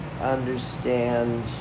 understand